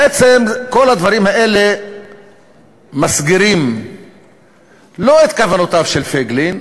בעצם כל הדברים האלה מסגירים לא את כוונותיו של פייגלין,